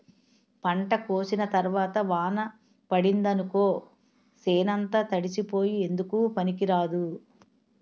పంట కోసిన తరవాత వాన పడిందనుకో సేనంతా తడిసిపోయి ఎందుకూ పనికిరాదు